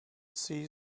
see